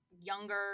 younger